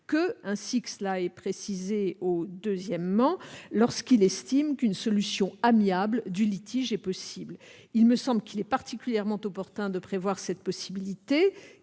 que, ainsi que cela est précisé au 2°, lorsqu'il estime qu'une solution amiable du litige est possible. Il me semble qu'il est particulièrement opportun de prévoir cette possibilité,